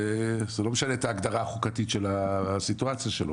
זה לא משנה את ההגדרה החוקתית של הסיטואציה שלו,